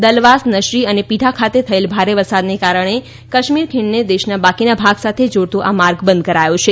દલવાસ નશરી અને પીઢા ખાતે થયેલ ભારે વસરાદને કારણે કાશ્મીર ખીણને દેશના બાકીના ભાગ સાથે જોડતો આ માર્ગ બંધ કરાયો છે